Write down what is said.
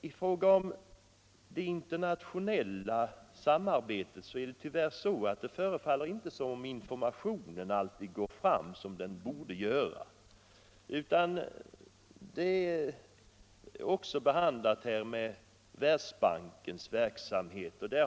I fråga om det internationella samarbetet förefaller det tyvärr som om informationen inte alltid går fram som den borde göra. I det här sammanhanget har också Världsbankens verksamhet behandlats.